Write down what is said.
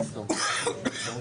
הרגולטורית שיש על